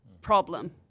Problem